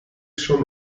schon